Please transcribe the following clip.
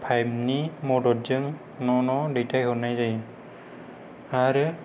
फाइपनि मददजों न' न' दैथाय हरनाय जायो आरो